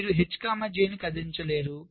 మీరు HJ లను కదిలించలేరు